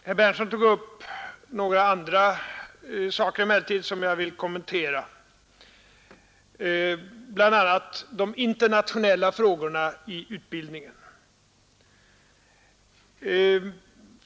Herr Berndtson tog emellertid upp några andra saker som jag vill kommentera, bl.a. de internationella frågorna i utbildningen.